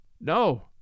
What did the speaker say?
No